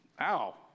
Ow